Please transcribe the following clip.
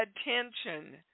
attention